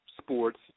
sports